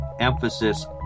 emphasis